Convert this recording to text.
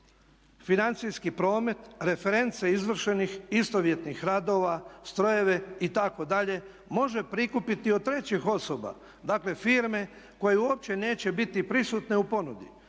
financijski promet, reference izvršenih, istovjetnih radova, strojeve itd., može prikupiti od trećih osoba, dakle firme koje uopće neće biti prisutne u ponudi